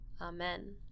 Amen